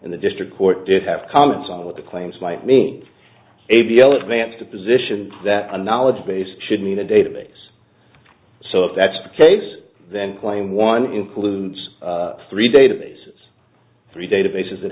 and the district court did have comments on what the claims might me a b l advanced the position that a knowledge base should mean a database so if that's the case then claim one includes three database three databases that